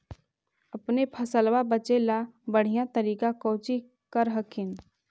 अपने फसलबा बचे ला बढ़िया तरीका कौची कर हखिन?